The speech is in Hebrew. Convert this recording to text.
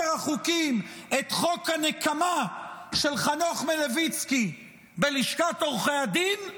החוקים את חוק הנקמה של חנוך מלביצקי בלשכת עורכי הדין,